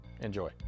Enjoy